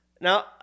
Now